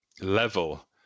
level